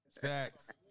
Facts